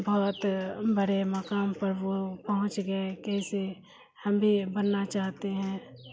بہت بڑے مقام پر وہ پہنچ گئے کیسے ہم بھی بننا چاہتے ہیں